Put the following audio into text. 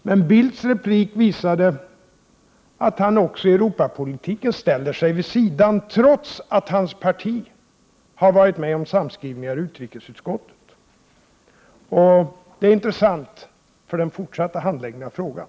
Men Carl Bildts replik visade att han också i Europapolitiken ställer sig vid sidan, trots att hans parti har varit med om att skriva sig samman i utrikesutskottet. Detta är intressant för den fortsatta handläggningen av frågan.